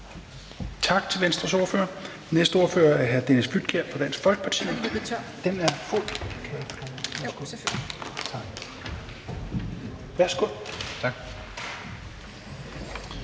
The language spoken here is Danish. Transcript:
Tak til Venstres ordfører. Den næste ordfører er hr. Dennis Flydtkjær fra Dansk Folkeparti. Værsgo. Kl.